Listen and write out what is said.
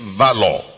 valor